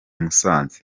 musanze